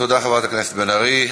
תודה, חברת הכנסת בן ארי.